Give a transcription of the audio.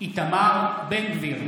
איתמר בן גביר,